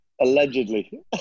Allegedly